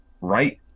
right